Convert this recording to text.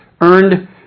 earned